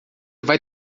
vai